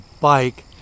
bike